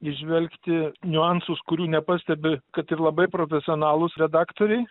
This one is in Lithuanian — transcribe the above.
įžvelgti niuansus kurių nepastebi kad ir labai profesionalūs redaktoriai